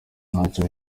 ntacyo